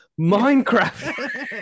Minecraft